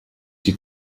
die